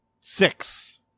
Six